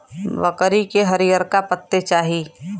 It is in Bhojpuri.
बकरी के हरिअरका पत्ते चाही